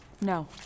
No